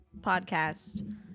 podcast